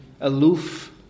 aloof